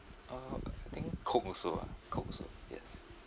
uh I I think coke also ah coke also yes